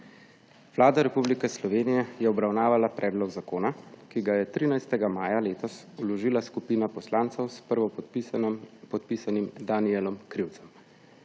Vlada Republike Slovenije je obravnavala predlog zakona, ki ga je 13. maja letos vložila skupina poslancev s prvopodpisanim Danijelom Krivcem.